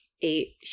eight